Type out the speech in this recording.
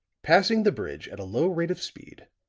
passing the bridge at a low rate of speed,